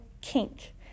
kink